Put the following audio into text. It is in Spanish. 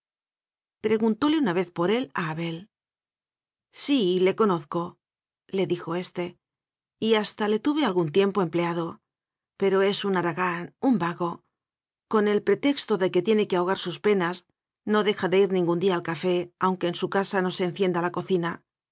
humana preguntóle una vez por él a abel sí le conozco le dijo éste y hasta le í tuve algún tiempo empleado pero es un ha ragán un vago con el pretexto de que tiene que ahogar sus penas no deja de ir ningún día al café aunque en su casa no se encienda la cocina